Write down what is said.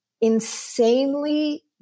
insanely